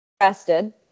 arrested